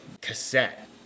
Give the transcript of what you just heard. cassette